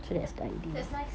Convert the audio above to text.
yup that's nice